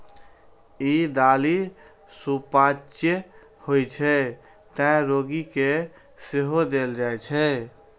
ई दालि सुपाच्य होइ छै, तें रोगी कें सेहो देल जाइ छै